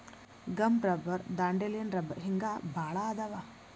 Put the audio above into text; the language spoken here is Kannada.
ಗಮ್ ರಬ್ಬರ್ ದಾಂಡೇಲಿಯನ್ ರಬ್ಬರ ಹಿಂಗ ಬಾಳ ಅದಾವ